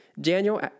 Daniel